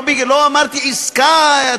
לא אמרתי עסקה,